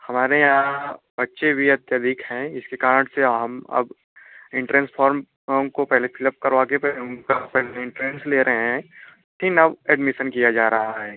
हमारे यहाँ बच्चे भी अत्यधिक हैं इसके कारण से आप हम अब इंटरेन्स फोर्म फ़ॉम को पहले फिलअप करवा के पहले उनका पहले इंटरेन्स ले रहे हैं फिन अब एडमीसन किया जा रहा है